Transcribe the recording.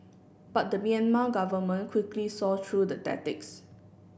but the Myanmar government quickly saw through the tactics